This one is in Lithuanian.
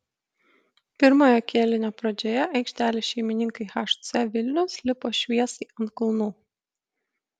pirmojo kėlinio pradžioje aikštelės šeimininkai hc vilnius lipo šviesai ant kulnų